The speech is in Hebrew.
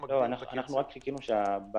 הרבה פעמים דווקא הפרסום מגביר את הקצב.